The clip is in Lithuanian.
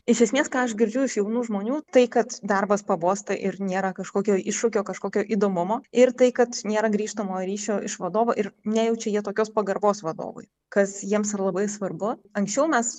iš esmės ką aš girdžiu iš jaunų žmonių tai kad darbas pabosta ir nėra kažkokio iššūkio kažkokio įdomumo ir tai kad nėra grįžtamojo ryšio iš vadovo ir nejaučia jie tokios pagarbos vadovui kas jiems yra labai svarbu anksčiau mes